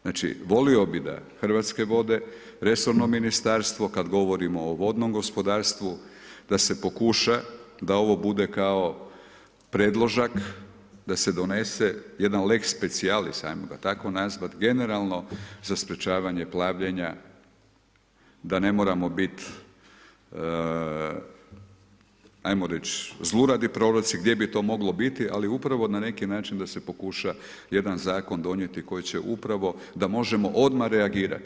Znači, volio bih da Hrvatske vode, resorno ministarstvo, kada govorimo o vodnom gospodarstvu da se pokuša da ovo bude kao predložak, da se donese jedan lex specialis, ajmo ga tako nazvati, generalno za sprečavanje plavljenja da ne moramo biti, ajmo reći, zluradi proroci gdje bi to moglo biti, ali upravo na neki način da se pokuša jedan zakon donijeti koji će upravo, da možemo odmah reagirati.